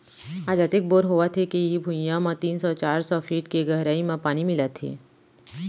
आज अतेक बोर होवत हे के इहीं भुइयां म तीन सौ चार सौ फीट के गहरई म पानी मिलत हे